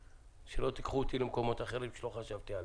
שלא תיקחו אותי למקומות אחרים שלא חשבתי עליהם.